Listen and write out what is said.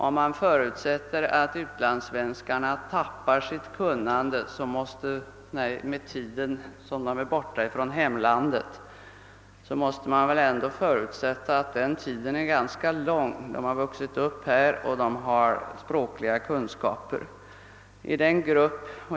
Om man förutsätter, att utlandssvenskarna tappar sitt kunnande med tiden, när de är borta från hemlandet, måste man väl ändå förutsätta, att den tiden är ganska lång. De har vuxit upp här, och de har språkliga kunskaper.